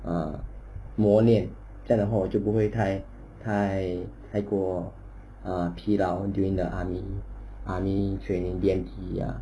ah 磨练这样的话我就不会太太太过 err 疲劳 during the army army training B_M_T